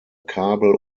kabel